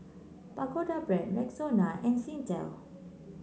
Pagoda Brand Rexona and Singtel